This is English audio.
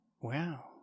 Wow